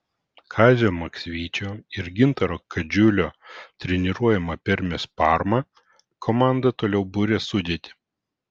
kazio maksvyčio ir gintaro kadžiulio treniruojama permės parma komanda toliau buria sudėtį